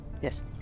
Yes